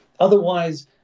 Otherwise